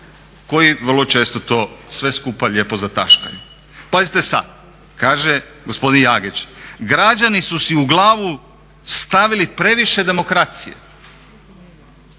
koji vrlo često to sve skupa lijepo zataškaju. Pazite sad, kaže gospodin Jagić građani su si u glavu stavili previše demokracije,